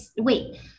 wait